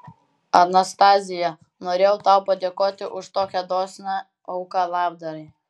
anastazija norėjau tau padėkoti už tokią dosnią auką labdarai